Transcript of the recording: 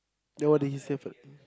then what did he say for the